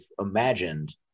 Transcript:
imagined